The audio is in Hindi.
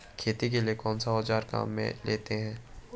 खेती के लिए कौनसे औज़ार काम में लेते हैं?